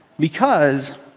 because